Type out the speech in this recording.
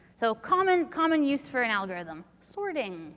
so common common use for an algorithm, sorting.